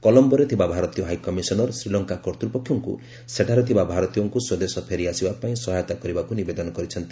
କଲମ୍ଘୋରେ ଥିବା ଭାରତୀୟ ହାଇକମିଶନର ଶ୍ରୀଲଙ୍କା କର୍ତ୍ତପକ୍ଷଙ୍କୁ ସେଠାରେ ଥିବା ଭାରତୀୟଙ୍କୁ ସ୍ୱଦେଶ ଫେରିଆସିବା ପାଇଁ ସହାୟତା କରିବାକୁ ନିବେଦନ କରିଛନ୍ତି